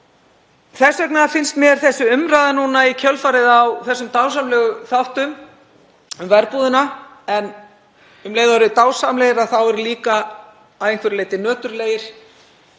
Þess vegna finnst mér þessi umræða núna í kjölfarið á þessum dásamlegu þáttum Verbúðin, en um leið og þeir eru dásamlegir eru þeir líka að einhverju leyti nöturlegir,